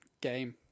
game